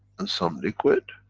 and some liquid.